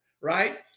right